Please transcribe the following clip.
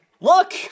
look